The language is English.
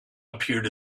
appeared